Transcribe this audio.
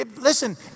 Listen